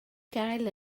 gael